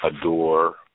adore